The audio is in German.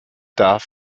darf